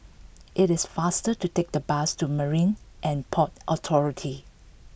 it is faster to take the bus to Marine And Port Authority